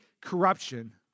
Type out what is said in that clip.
corruption